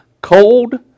cold